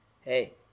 hey